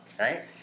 right